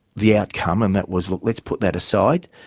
the outcome and that was, look, let's put that aside.